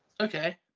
Okay